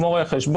כמו רואי חשבון,